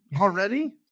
already